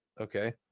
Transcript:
Okay